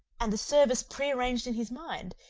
and the service pre-arranged in his mind,